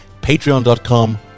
patreon.com